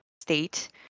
state